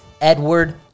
Edward